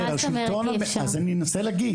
להלן תרגומם: מה זאת אומרת שאי-אפשר?) אני מנסה להגיד.